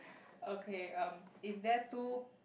okay um is there two